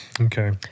Okay